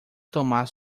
tomar